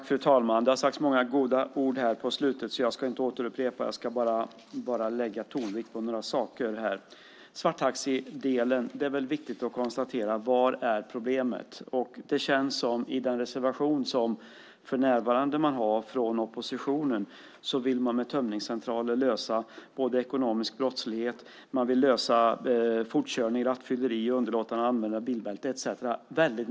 Fru talman! Det har sagts många goda ord här på slutet, och jag ska inte upprepa dem utan bara lägga tonvikt på några saker. När det gäller svarttaxi är det viktigt att undersöka var problemet är. I den reservation man har från oppositionen vill man med tömningscentraler lösa ekonomisk brottslighet. Man vill även lösa fortkörning, rattfylleri, underlåtande av användning av bilbälte etcetera.